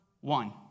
one